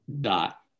dot